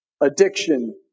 addiction